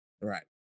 Right